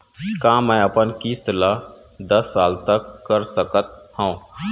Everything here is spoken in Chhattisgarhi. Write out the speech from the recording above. का मैं अपन किस्त ला दस साल तक कर सकत हव?